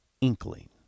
inkling